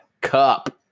cup